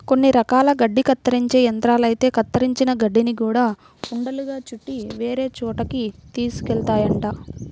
కొన్ని రకాల గడ్డి కత్తిరించే యంత్రాలైతే కత్తిరించిన గడ్డిని గూడా ఉండలుగా చుట్టి వేరే చోటకి తీసుకెళ్తాయంట